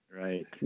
Right